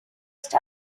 ist